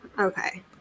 okay